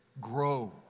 grow